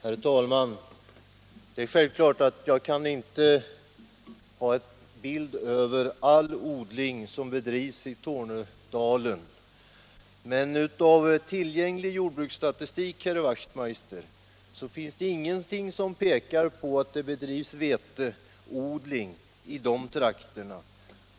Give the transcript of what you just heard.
Herr talman! Det är självklart att jag inte kan ha en bild över all odling som bedrivs i Tornedalen, men i tillgänglig jordbruksstatistik, herr Wachtmeister i Johannishus, finns ingenting som pekar på att det bedrivs veteodling i de trakterna.